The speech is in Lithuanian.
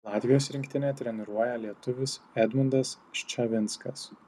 latvijos rinktinę treniruoja lietuvis edmundas ščavinskas